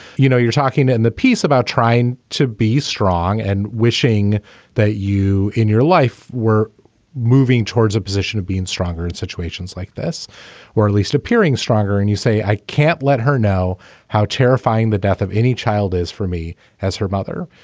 you know, you're talking in the piece about trying to be strong and wishing that you in your life were moving towards a position of being stronger in situations like this or at least appearing stronger. and you say, i can't let her know how terrifying the death of any child is for me as her mother.